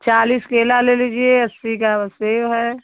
चालीस केला ले लीजिए अस्सी का सेब है